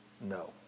No